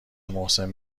محسن